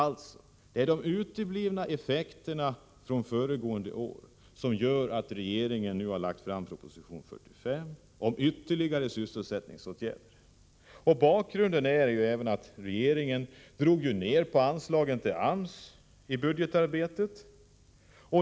Det är de uteblivna effekterna från föregående år som gör att regeringen nu har lagt fram proposition 45 om ytterligare sysselsättningsåtgärder. Bakgrunden är också att regeringen drog ner på anslagen till AMS i budgetarbetet.